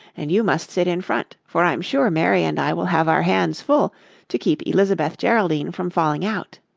and you must sit in front, for i'm sure mary and i will have our hands full to keep elizabeth geraldine from falling out.